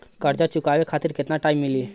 कर्जा चुकावे खातिर केतना टाइम मिली?